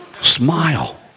Smile